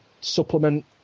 supplement